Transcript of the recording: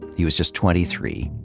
he was just twenty three.